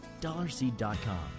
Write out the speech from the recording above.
DollarSeed.com